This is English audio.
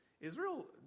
Israel